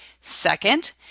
Second